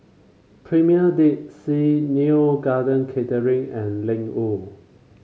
Premier Dead Sea Neo Garden Catering and Ling Wu